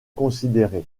considéré